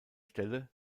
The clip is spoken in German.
stelle